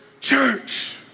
church